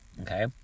Okay